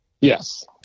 Yes